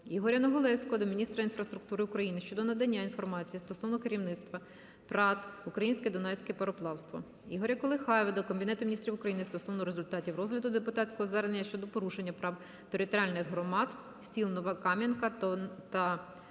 Ігоря Негулевського до Міністерства інфраструктури України щодо надання інформації стосовно керівництва ПрАТ "Українське Дунайське пароплавство". Ігоря Колихаєва до Кабінету Міністрів України стосовно результатів розгляду депутатського звернення щодо порушення прав територіальних громад сіл Нова Кам'янка та Навокаїри